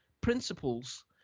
principles